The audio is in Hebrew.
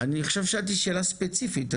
שאלתי שאלה ספציפית.